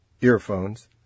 earphones